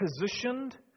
positioned